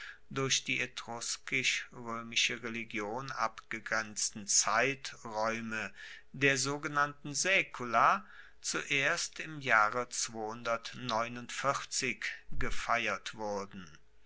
durch die etruskisch roemische religion abgegrenzten zeitraeume der sogenannten saecula zuerst im jahre gefeiert wurden